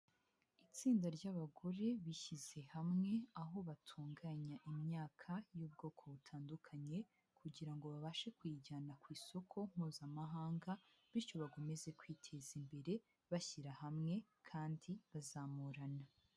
Itsinda ry'abagore bishyize hamwe, aho batunganya imyaka y'ubwoko butandukanye kugira ngo babashe kuyijyana ku isoko mpuzamahanga, bityo bakomeze kwiteza imbere bashyira hamwe kandi bazamurana.